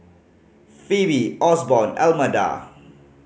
Phoebe Osborn Almeda